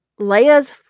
Leia's